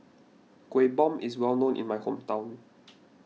Kuih Bom is well known in my hometown